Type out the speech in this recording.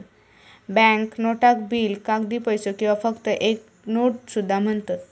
bank नोटाक bill, कागदी पैसो किंवा फक्त एक नोट सुद्धा म्हणतत